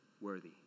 worthy